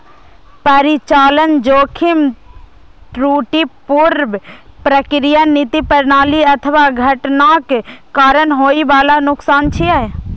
परिचालन जोखिम त्रुटिपूर्ण प्रक्रिया, नीति, प्रणाली अथवा घटनाक कारण होइ बला नुकसान छियै